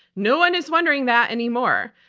no one is wondering that anymore.